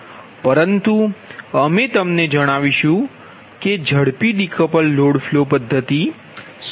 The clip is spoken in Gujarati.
પરંતુ અમે તમને જણાવીશું કે ઝડપી ડીકપલ્ડ લોડ ફ્લો પદ્ધતિ શું છે